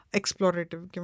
explorative